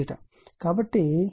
కాబట్టి ఇది కోణం